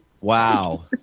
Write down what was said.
Wow